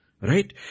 Right